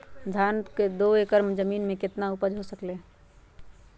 धान दो एकर जमीन में कितना उपज हो सकलेय ह?